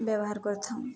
ବ୍ୟବହାର କରିଥାଉଁ